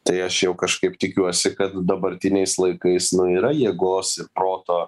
tai aš jau kažkaip tikiuosi kad dabartiniais laikais nu yra jėgos ir proto